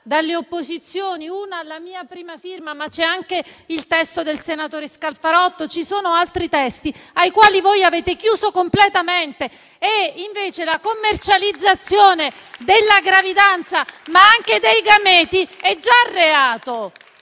dalle opposizioni; una ha la mia prima firma, ma c'è anche il testo del senatore Scalfarotto e ci sono altri testi, ai quali voi avete chiuso completamente. Invece la commercializzazione della gravidanza ma anche dei gameti è già reato.